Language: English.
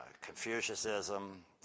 Confucianism